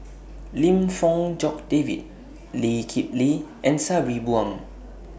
Lim Fong Jock David Lee Kip Lee and Sabri Buang